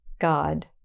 God